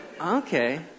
Okay